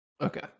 Okay